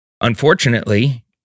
Unfortunately